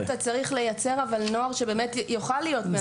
אתה צריך לייצר אבל נוער שבאמת יוכל להיות.